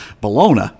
Bologna